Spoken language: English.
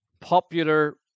popular